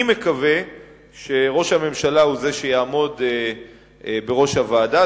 אני מקווה שראש הממשלה הוא שיעמוד בראש הוועדה.